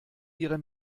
ihre